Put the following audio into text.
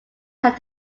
have